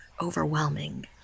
overwhelming